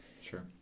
Sure